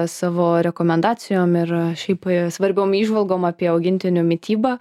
savo rekomendacijom ir šiaip svarbiom įžvalgom apie augintinių mitybą